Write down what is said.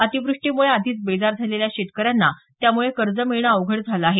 अतिवृष्टीमुळे आधीच बेजार झालेल्या शेतकऱ्यांना त्यामुळे कर्ज मिळणं अवघड झालं आहे